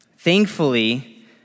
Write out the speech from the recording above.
Thankfully